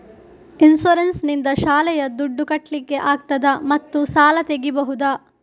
Insurance ನಿಂದ ಶಾಲೆಯ ದುಡ್ದು ಕಟ್ಲಿಕ್ಕೆ ಆಗ್ತದಾ ಮತ್ತು ಸಾಲ ತೆಗಿಬಹುದಾ?